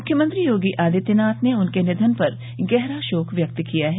मुख्यमंत्री योगी आदित्यनाथ ने उनके निधन पर गहरा शोक व्यक्त किया है